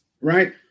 right